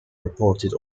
reported